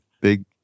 big